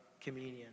communion